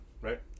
Right